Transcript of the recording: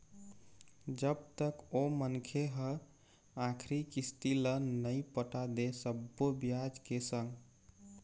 जब तक ओ मनखे ह आखरी किस्ती ल नइ पटा दे सब्बो बियाज के संग